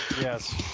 Yes